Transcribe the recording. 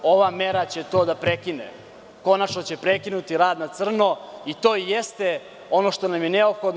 Ova mera će to da prekine, konačno će prekinuti rad na crno i to jeste ono što nam je neophodno.